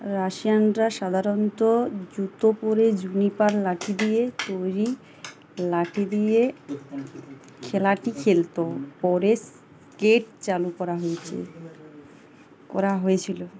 রাশিয়ানরা সাধারণত জুতো পরে জুনিপার লাঠি দিয়ে তৈরি লাঠি দিয়ে খেলাটি খেলতো পরে স্কেট চালু করা হয়েছে করা হয়েছিলো